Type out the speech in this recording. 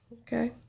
Okay